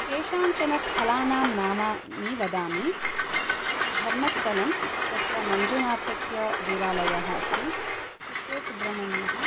केषाञ्चन स्थलानां नामानि वदामि धर्मस्थलं यत्र मञ्जुनाथस्य देवालयः अस्ति कुक्के सुब्रह्मण्यः